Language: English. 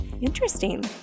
Interesting